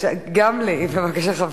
מלא ייסורי מצפון